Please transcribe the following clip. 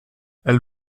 elles